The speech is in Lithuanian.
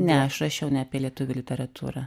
ne aš rašiau ne apie lietuvių literatūrą